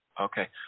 Okay